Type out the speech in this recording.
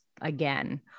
again